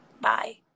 Bye